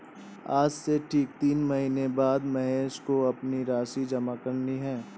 आज से ठीक तीन महीने बाद महेश को अपनी राशि जमा करनी है